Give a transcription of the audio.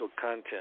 content